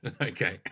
Okay